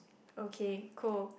okay cool